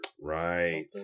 Right